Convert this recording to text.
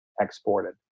exported